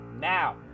now